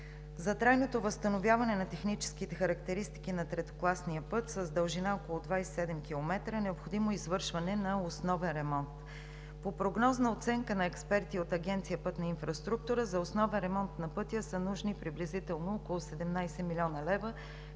За трайното възстановяване на техническите характеристики на третокласния път с дължина около 27 км е необходимо извършване на основен ремонт. По прогнозна оценка на експерти от Агенция „Пътна инфраструктура“ за основен ремонт на пътя са нужни приблизително около 17 млн. лв.,